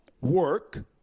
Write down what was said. work